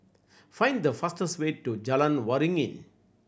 find the fastest way to Jalan Waringin